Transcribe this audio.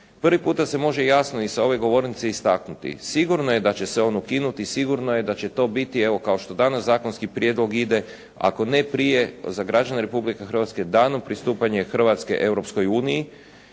Prvi puta se može jasno i sa ove govornice istaknuti, sigurno je da će se on ukinuti i sigurno je da će to biti evo kao što danas zakonski prijedlog ide, ako ne prije za građane Republike Hrvatske danom pristupanja Hrvatske